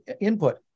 input